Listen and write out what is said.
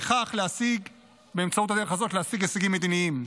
ובדרך הזאת להשיג הישגים מדיניים.